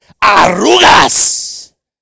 Arrugas